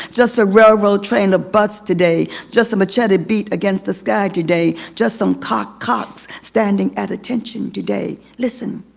just a railroad train of bus today. just a machete beat against the sky today. just some cock cocks standing at attention today. listen,